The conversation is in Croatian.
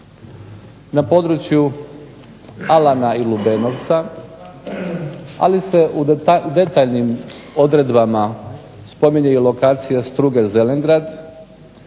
na području Alana i Lubenovca ali se u detaljnim odredbama spominje i lokacija Struge-Zelengrad